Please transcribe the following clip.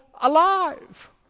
alive